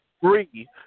three